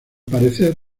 parecer